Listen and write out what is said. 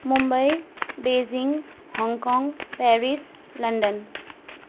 Mumbai Beijing Hong Kong Paris London